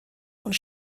und